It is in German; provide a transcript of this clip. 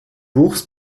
wuchs